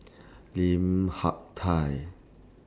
Lim Hak Tai